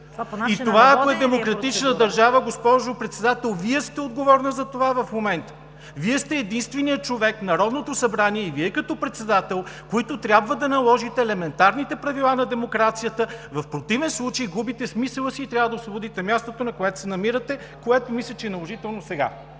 И това, ако е демократична държава, госпожо Председател?! Вие сте отговорна за това в момента! Вие сте единственият човек, Народното събрание и Вие като председател, който трябва да наложи елементарните правила на демокрацията. В противен случай се губи смисълът и трябва да освободите мястото, на което се намирате, което мисля, че е наложително сега!